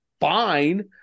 fine